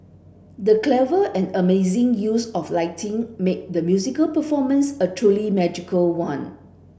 the clever and amazing use of lighting made the musical performance a truly magical one